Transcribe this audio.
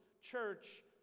Church